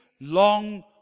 long